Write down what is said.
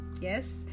Yes